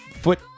foot